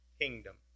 kingdom